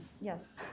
Yes